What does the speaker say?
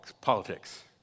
politics